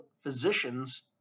physicians